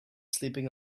sleeping